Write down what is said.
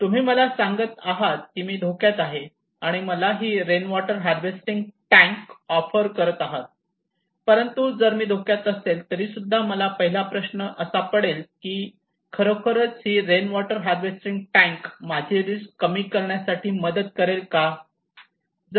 तुम्ही मला सांगत आहे की मी धोक्यात आहे आणि मला ही rain water harvesting tank offer करत आहात परंतु जरी मी धोक्यात असेल तरीसुद्धा मला पहिला प्रश्न असा पडेल की खरोखर ही रेन वॉटर हार्वेस्टिंग टॅंक माझी रिस्क कमी करण्यासाठी मदत करेल का